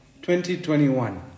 2021